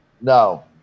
No